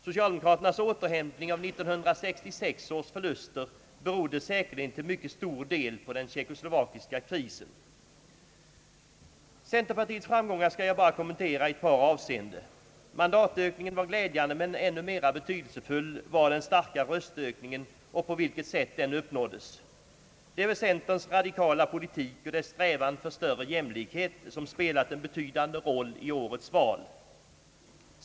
Socialdemokraternas återhämtning av 1966 års förluster berodde säkerligen till mycket stor del på den tjeckoslovakiska krisen. Centerpartiets framgångar skall jag bara kommentera i ett par avseenden. Mandatökningen var glädjande men ännu mera betydelsefull var den starka röstökningen och på vilket sätt den uppnåddes. Det är centerns radikala politik och dess strävan för större jämlikhet som spelat en betydande roll i årets val.